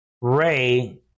Ray